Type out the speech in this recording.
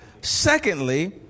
Secondly